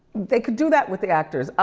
they could do that with the actors. ah